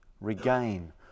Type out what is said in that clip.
regain